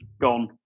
gone